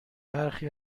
برخی